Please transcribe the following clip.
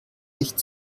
nicht